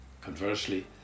Conversely